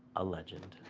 a legend.